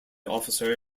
officer